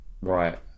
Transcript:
Right